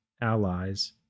Allies